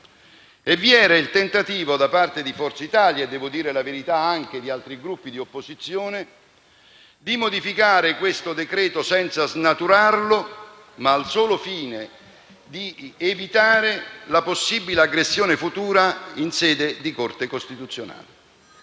Vi era il tentativo da parte di Forza Italia - e, devo dire la verità, anche da parte di altri Gruppi di opposizione - di modificare il decreto-legge senza snaturarlo, ma al solo fine di evitare la possibile aggressione futura in sede di Corte costituzionale.